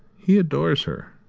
he adores her.